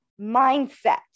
mindset